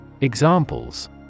Examples